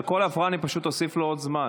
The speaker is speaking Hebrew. על כל הפרעה אני פשוט אוסיף לו עוד זמן.